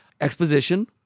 exposition